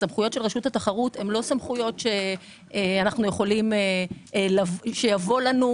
הסמכויות של רשות התחרות הן לא כאלה שאם יבוא לנו,